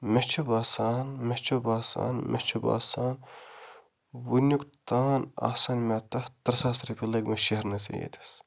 مےٚ چھُ باسان مےٚ چھُ باسان مےٚ چھُ باسان وٕنیُک تان آسَن مےٚ تَتھ ترٛےٚ ساس رۄپیہِ لٔگمٕتۍ شیہرنَسٕے یٲتٮ۪س